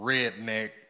redneck